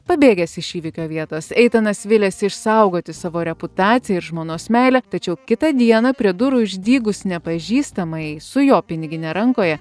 pabėgęs iš įvykio vietos eitanas viliasi išsaugoti savo reputaciją ir žmonos meilę tačiau kitą dieną prie durų išdygus nepažįstamajai su jo pinigine rankoje